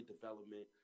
development